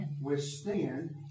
withstand